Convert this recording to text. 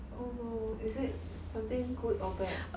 oh no is it something good or bad